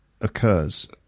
occurs